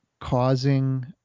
Causing